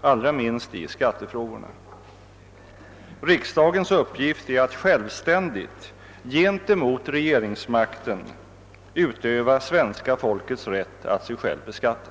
allra minst i skattefrågorna. Riksdagens uppgift är att självständigt gentemot regeringsmakten utöva svenska folkets rätt att sig själv beskatta.